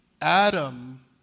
Adam